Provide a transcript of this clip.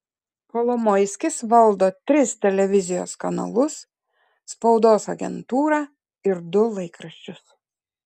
kolomoiskis valdo tris televizijos kanalus spaudos agentūrą ir du laikraščius